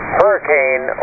hurricane